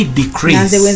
decrease